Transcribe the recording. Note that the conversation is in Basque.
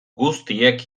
guztiek